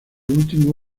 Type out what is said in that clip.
último